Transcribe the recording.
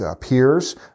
peers